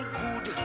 good